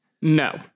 No